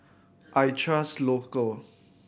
I trust Local